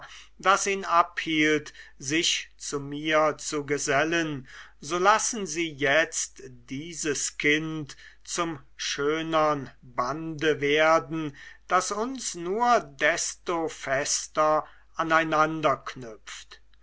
das ihn abhielt sich zu mir zu gesellen so lassen sie jetzt dieses kind zum schönen bande werden das uns nur desto fester aneinander knüpft